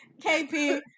KP